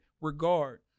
regard